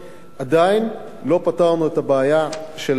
עדיין לא פתרנו את הבעיה של האזור